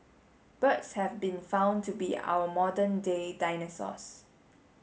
birds have been found to be our modern day dinosaurs